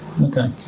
Okay